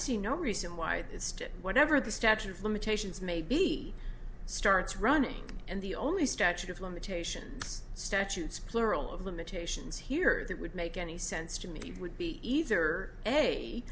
see no reason why it's to whatever the statute of limitations may be starts running and the only statute of limitations statutes plural of limitations here that would make any sense to me it would be either a